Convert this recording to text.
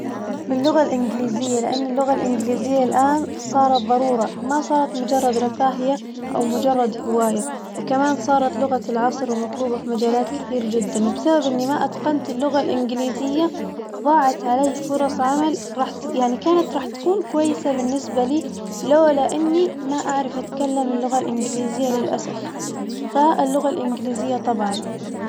اللغة الإنجليزية لأن اللغة الإنجليزية الآن صارت ظرورة ما صارت مجرد رفاهية أو مجرد هواية، وكمان صارت لغة العصر ومطلوبة في مجالات كثير جداً وبسبب إني ما أتقنت اللغة الإنجليزية ظاعت علي فرص عمل راح يعني كانت راح تكون كويسة بالنسبة لي لولا إني ما أعرف أتكلم اللغة الإنجليزية للأسف، فاللغة الإنجليزية طبعاً.